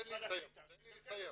תדברו עם משרד הקליטה ש- -- תן לי לסיים.